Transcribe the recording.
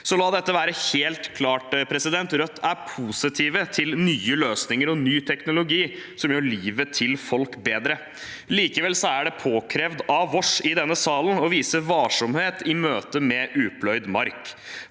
La dette være helt klart: Rødt er positiv til nye løsninger og ny teknologi som gjør livet til folk bedre. Likevel er det påkrevd av oss i denne salen å vise varsomhet i møte med upløyd mark.